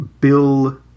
Bill